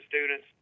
students